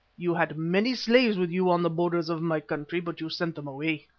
you had many slaves with you on the borders of my country, but you sent them away.